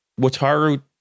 wataru